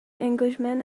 englishman